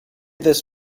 this